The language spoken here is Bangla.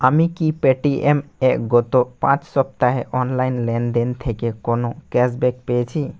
আমি কি পেটিএম এ গত পাঁচ সপ্তাহে অনলাইন লেনদেন থেকে কোনও ক্যাশব্যাক পেয়েছি